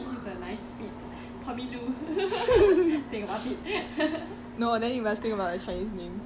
it's not that I don't like tommy lah but I don't feel like tommy is a nice fit tommy loo think about it